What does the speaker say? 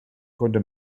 konnte